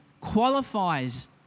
qualifies